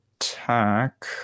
attack